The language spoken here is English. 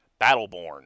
Battleborn